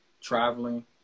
traveling